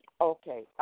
okay